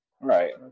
right